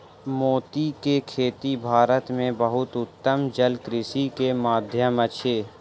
मोती के खेती भारत में बहुत उत्तम जलकृषि के माध्यम अछि